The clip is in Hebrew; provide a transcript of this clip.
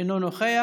אינו נוכח.